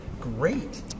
great